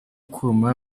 kuma